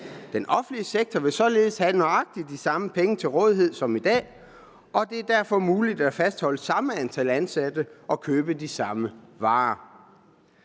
Den offentlige sektor vil således have nøjagtig de samme penge til rådighed som i dag, og det er derfor muligt at fastholde samme antal ansatte og købe de samme varer.